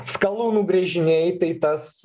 skalūnų gręžiniai tai tas